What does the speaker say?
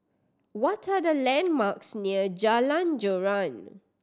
what are the landmarks near Jalan Joran